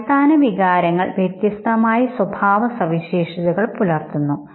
അടിസ്ഥാന വികാരങ്ങൾ വ്യത്യസ്തമായ സ്വഭാവസവിശേഷതകൾ പുലർത്തുന്നു